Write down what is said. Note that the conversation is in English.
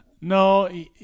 No